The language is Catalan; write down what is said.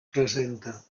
presenta